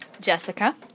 Jessica